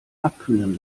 abkühlen